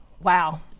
Wow